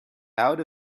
out